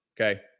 Okay